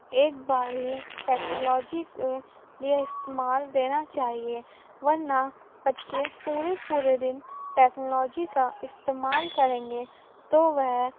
ایک بار ہی ٹکنالوجی کے لیے استعمال دینا چاہیے ورنہ بچے پورے پورے دن ٹکنالوجی کا استعمال کریں گے تو وہ